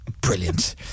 brilliant